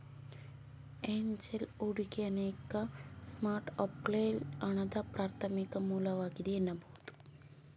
angel ಹೂಡಿಕೆ ಅನೇಕ ಸ್ಟಾರ್ಟ್ಅಪ್ಗಳ್ಗೆ ಹಣದ ಪ್ರಾಥಮಿಕ ಮೂಲವಾಗಿದೆ ಎನ್ನಬಹುದು